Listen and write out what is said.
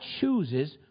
chooses